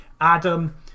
Adam